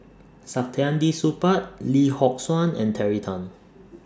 Saktiandi Supaat Lee Yock Suan and Terry Tan